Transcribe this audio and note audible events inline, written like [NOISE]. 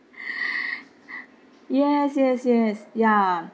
[BREATH] yes yes yes ya